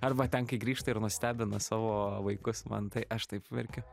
arba ten kai grįžta ir nustebina savo vaikus man tai aš taip verkiu